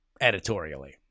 Editorially